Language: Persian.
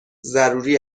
ضروری